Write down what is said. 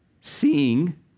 seeing